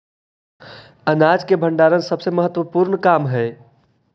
अनाज के भण्डारण सबसे महत्त्वपूर्ण काम हइ